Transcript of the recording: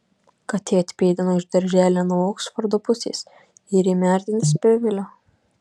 katė atpėdino iš darželio nuo oksfordo pusės ir ėmė artintis prie vilio